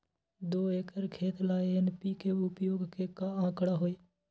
दो एकर खेत ला एन.पी.के उपयोग के का आंकड़ा होई?